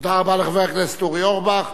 תודה רבה לחבר הכנסת אורי אורבך.